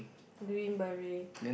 green beret